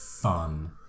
fun